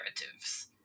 narratives